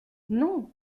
non